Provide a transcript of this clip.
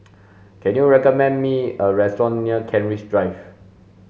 can you recommend me a restaurant near Kent Ridge Drive